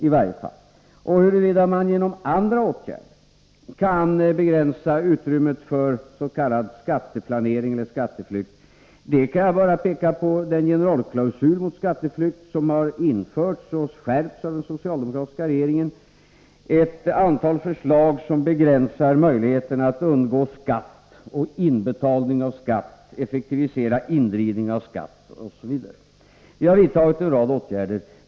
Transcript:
När det gäller frågan huruvida man genom andra åtgärder kan begränsa utrymmet för s.k. skatteplanering eller skatteflykt, kan jag bara peka på den generalklausul mot skatteflykt som har införts och skärpts av den socialdemokratiska regeringen, och ett antal förslag som begränsar möjligheterna att undgå skatt och inbetalning av skatt, som effektiviserar indrivning av skatt osv. Vi har alltså vidtagit en rad åtgärder.